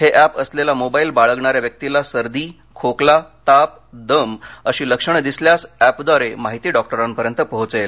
हे ऍप असलेला मोबाईल बाळगणाऱ्या व्यक्तीला सर्दी खोकला ताप दम अशी लक्षणं दिसल्यास ऍपद्वारे माहिती डॅक्टरांपर्यंत पोहोचेल